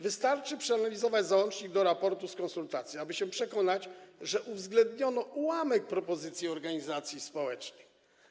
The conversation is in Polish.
Wystarczy przeanalizować załącznik do raportu z konsultacji, aby się przekonać, że uwzględniono ułamek propozycji organizacji społecznych.